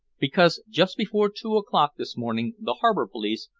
because just before two o'clock this morning the harbor police,